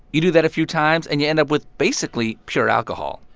you do that a few times, and you end up with basically pure alcohol.